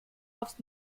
auf